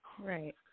Right